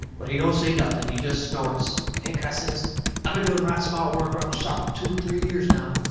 but he don't say nothing. he jest snorts. hank, i says, i been doing right smart work around the shop fur two, three years now.